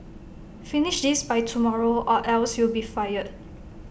finish this by tomorrow or else you'll be fired